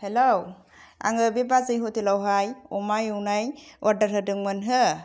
हेल' आङो बे बाजै ह'टेलावहाय अमा एवनाय अर्डार होदोंमोन हो